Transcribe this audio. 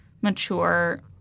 mature